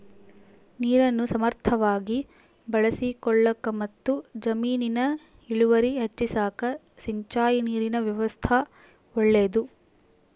ನೀರನ್ನು ಸಮರ್ಥವಾಗಿ ಬಳಸಿಕೊಳ್ಳಾಕಮತ್ತು ಜಮೀನಿನ ಇಳುವರಿ ಹೆಚ್ಚಿಸಾಕ ಸಿಂಚಾಯಿ ನೀರಿನ ವ್ಯವಸ್ಥಾ ಒಳ್ಳೇದು